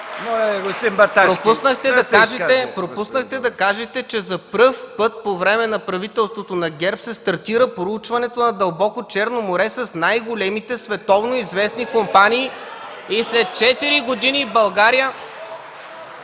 на година. Пропуснахте да кажете, че за пръв път, по време на правителството на ГЕРБ, се стартира проучването на дълбоко Черно море с най-големите световноизвестни компании и след четири години България